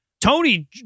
tony